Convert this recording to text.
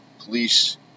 police